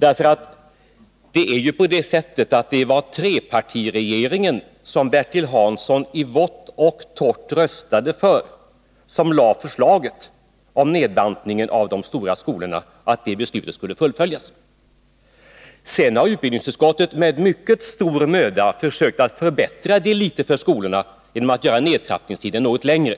Det var ju trepartiregeringen, som Bertil Hansson i vått och torrt röstade för, som lade fram förslag om att beslutet om en nedbantning av de stora skolorna skulle fullföljas. Sedan har utbildningsutskottet med mycket stor möda försökt förbättra det litet för skolorna genom att göra nedtrappningstiden något längre.